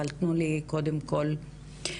אבל תנו לי קודם כל להגיד כמה מילים.